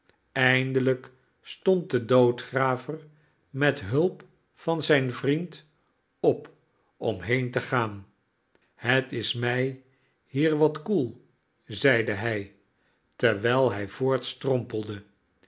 eindelijk stond de doodgraver met hulp van zijn vriend op om heen te gaan het is mij hier wat koel zeide hij terwijl hij voortstrompelde